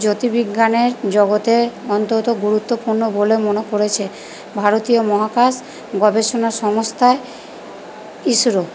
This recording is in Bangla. জ্যোতির্বিজ্ঞানের জগতে অন্তত গুরুত্বপূর্ণ বলে মনে করেছে ভারতীয় মহাকাশ গবেষণা সংস্থা ইসরো